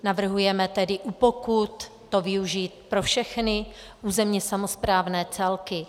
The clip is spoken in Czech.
Navrhujeme tedy u pokut to využít pro všechny územně samosprávné celky.